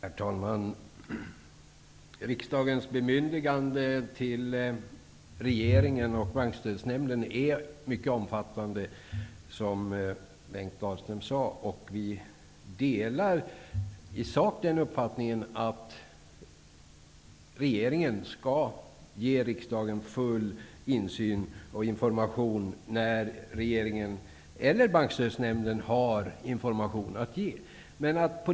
Herr talman! Riksdagens bemyndigande till regeringen och Bankstödsnämnden är mycket omfattande, som Bengt Dalström sade. Vi delar i sak den uppfattningen att regeringen skall ge riksdagen full insyn och information när regeringen eller Bankstödsnämnden har någonting att informera.